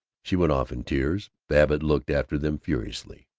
she went off in tears. babbitt looked after them furiously.